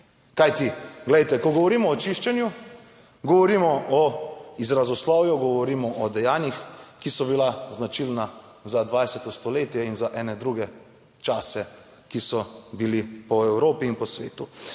kajti, glejte, ko govorimo o čiščenju, govorimo o izrazoslovju, govorimo o dejanjih, ki so bila značilna za 20. stoletje in za ene druge čase, ki so bili po Evropi. In po svetu